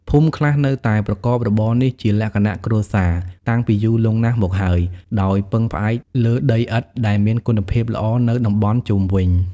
ភូមិខ្លះនៅតែប្រកបរបរនេះជាលក្ខណៈគ្រួសារតាំងពីយូរលង់ណាស់មកហើយ ដោយពឹងផ្អែកលើដីឥដ្ឋដែលមានគុណភាពល្អនៅតំបន់ជុំវិញ។